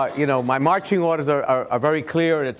ah you know my marching orders are are ah very clear.